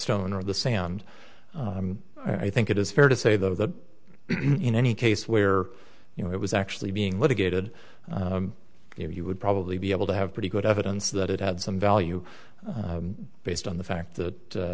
stone or the sand i think it is fair to say though that in any case where you know it was actually being litigated if you would probably be able to have pretty good evidence that it had some value based on the fact that